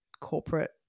corporate